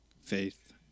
faith